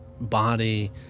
body